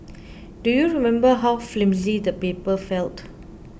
do you remember how flimsy the paper felt